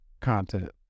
content